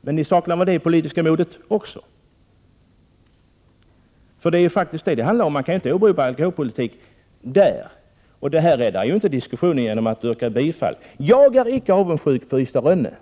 Men ni saknar väl också det politiska modet. Det är faktiskt det som det handlar om. Man kan ju inte åberopa alkoholpolitik i det här fallet. Man räddar ju inte det hela genom att yrka bifall. Jag är inte avundsjuk när det gäller Ystad-Rönne.